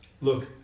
Look